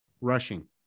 rushing